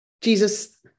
Jesus